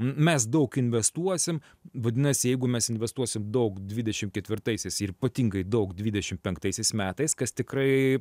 mes daug investuosim vadinasi jeigu mes investuosim daug dvidešim ketvirtaisiais ir ypatingai daug dvidešim penktaisiais metais kas tikrai